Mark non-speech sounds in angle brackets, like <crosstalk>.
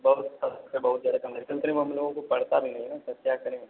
बहुत <unintelligible> बहुत ज्यादा <unintelligible> सर इतने में हम लोगों काे पड़ता भी नहीं है ना सर क्या करें